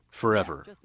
forever